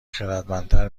خردمندتر